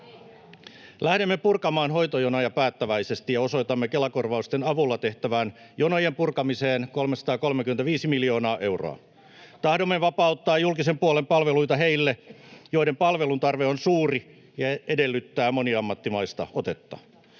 Lähdemme purkamaan hoitojonoja päättäväisesti ja osoitamme Kela-korvausten avulla tehtävään jonojen purkamiseen 335 miljoonaa euroa. Tahdomme vapauttaa julkisen puolen palveluita heille, joiden palvelutarve on suuri ja edellyttää moniammatillista otetta.